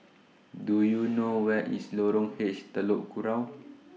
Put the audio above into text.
Do YOU know Where IS Lorong H Telok Kurau